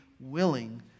willing